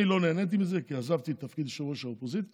אני לא נהניתי מזה כי עזבתי את תפקיד יושב-ראש הקואליציה,